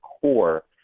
core